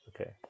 Okay